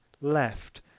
left